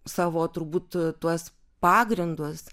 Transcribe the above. savo turbūt tuos pagrindus